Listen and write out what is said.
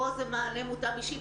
פה זה מענה מותאם אישית,